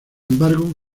embargo